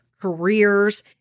careers